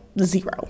zero